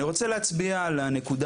אני רוצה להצביע על הנקודה.